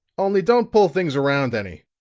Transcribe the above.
only don't pull things around any.